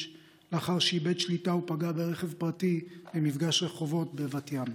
שהחליק בעת נסיעה ופגע במעקה בטיחות בכביש